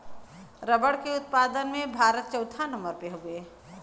रबड़ के उत्पादन में भारत चउथा नंबर पे हउवे